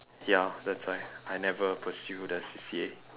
ya that's why I never pursue that C_C_A